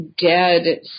dead